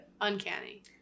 Uncanny